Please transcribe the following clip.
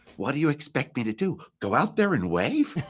what do you expect me to do. go out there and wave?